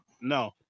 No